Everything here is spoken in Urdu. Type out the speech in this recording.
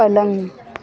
پلنگ